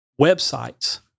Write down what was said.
websites